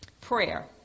prayer